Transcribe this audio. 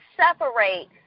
separate